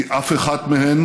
כי אף אחת מהן